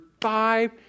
five